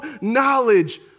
knowledge